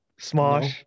Smosh